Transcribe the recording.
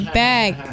back